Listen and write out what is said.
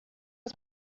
еще